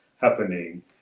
happening